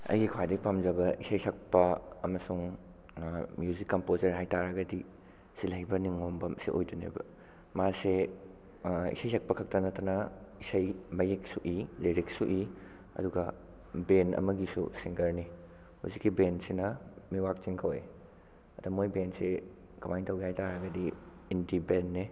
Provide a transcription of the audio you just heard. ꯑꯩꯒꯤ ꯈ꯭ꯋꯥꯏꯗꯒꯤ ꯄꯥꯝꯖꯕ ꯏꯁꯩ ꯁꯛꯄ ꯑꯃꯁꯨꯡ ꯃ꯭ꯌꯨꯖꯤꯛ ꯀꯝꯄꯣꯖꯔ ꯍꯥꯏꯇꯥꯔꯒꯗꯤ ꯁꯤꯜꯍꯩꯕ ꯅꯤꯡꯉꯣꯝꯕꯝꯁꯤ ꯑꯣꯏꯗꯣꯏꯅꯦꯕ ꯃꯥꯁꯦ ꯏꯁꯩ ꯁꯛꯄ ꯈꯛꯇ ꯅꯠꯇꯅ ꯏꯁꯩ ꯃꯌꯦꯛꯁꯨ ꯏ ꯂꯤꯔꯤꯛꯁꯨ ꯏ ꯑꯗꯨꯒ ꯕꯦꯟ ꯑꯃꯒꯤꯁꯨ ꯁꯤꯡꯒꯔꯅꯤ ꯍꯧꯖꯤꯛꯀꯤ ꯕꯦꯟꯁꯤꯅ ꯃꯤꯋꯥꯛꯆꯤꯡ ꯀꯧꯋꯦ ꯑꯗ ꯃꯣꯏ ꯕꯦꯟꯁꯤ ꯀꯃꯥꯏꯅ ꯇꯧꯒꯦ ꯍꯥꯏꯇꯥꯔꯒꯗꯤ ꯏꯟꯇꯤ ꯕꯦꯟꯅꯦ